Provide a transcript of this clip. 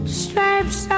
stripes